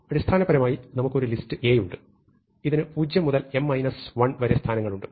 അടിസ്ഥാനപരമായി നമുക്ക് ഒരു ലിസ്റ്റ് A ഉണ്ട് ഇതിന് 0 മുതൽ m 1 വരെ സ്ഥാനങ്ങളുണ്ട്